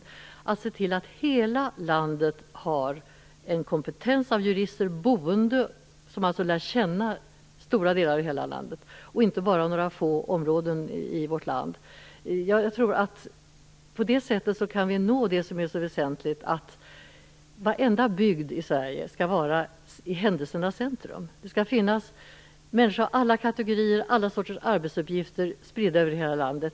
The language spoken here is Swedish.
Vi måste se till att hela landet har en kompetens av jurister boende som lär känna stora delar av landet och inte bara några få områden i vårt land. På det sättet kan vi nå det som är så väsentligt, nämligen att varenda bygd i Sverige skall vara i händelsernas centrum. Det skall finnas människor av alla kategorier och alla sorters arbetsuppgifter spridda över hela landet.